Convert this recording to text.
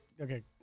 Okay